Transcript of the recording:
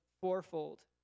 fourfold